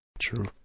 True